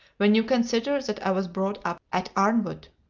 when you consider that i was brought up at arnwood.